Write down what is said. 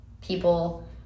people